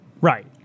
Right